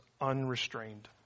unrestrained